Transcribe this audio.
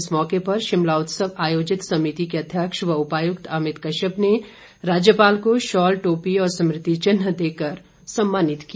इस मौके पर शिमला उत्सव आयोजित समिति के अध्यक्ष व उपायुक्त अमित कश्यप ने राज्यपाल को शॉल टॉपी और स्मृति चिन्ह भेंट कर सम्मानित किया